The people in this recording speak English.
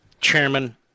chairman